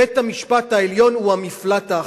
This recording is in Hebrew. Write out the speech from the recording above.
בית-המשפט העליון הוא המפלט האחרון.